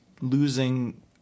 losing